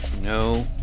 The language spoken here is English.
No